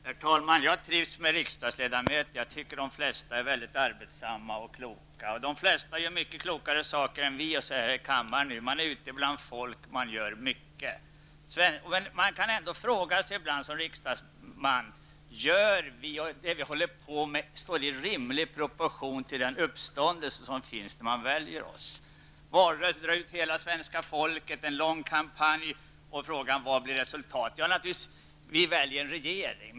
Herr talman! Jag trivs med riksdagsledamöter. Jag tycker att de flesta är mycket arbetsamma och kloka. De flesta gör mycket klokare saker än vi som är här i kammaren just nu. Man är ute bland folk, man gör mycket. Man kan ändå som riksdagsman fråga sig ibland: Står det vi håller på med i rimlig proportion till uppståndelsen när man väljer oss? Det är valrörelse, en lång kampanj och man drar ut hela svenska folket. Frågan är vad som blir resultatet. Ja, vi väljer naturligtvis regering.